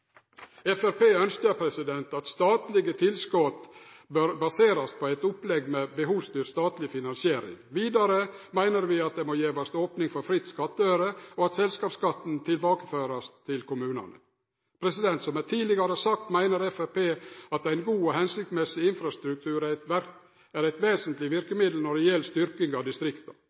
at statlege tilskot bør baserast på eit opplegg med behovsstyrt statleg finansiering. Vidare meiner vi at det må gjevast opning for fri skattøyre, og at selskapsskatten tilbakeførast til kommunane. Som eg tidlegare har sagt, meiner Framstegspartiet at ein god og hensiktsmessig infrastruktur er eit vesentleg verkemiddel når det gjeld styrking av distrikta.